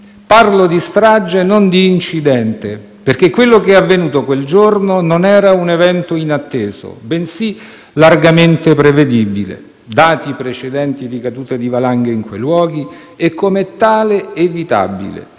Parlo di strage e non di incidente perché quanto avvenuto quel giorno non era un evento inatteso, bensì largamente prevedibile, dati i precedenti di caduta valanghe in quei luoghi e, come tale, evitabile